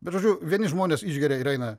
bet žodžiu vieni žmonės išgeria ir eina